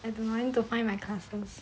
I don't know I need to find my classrooms